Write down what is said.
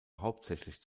hauptsächlich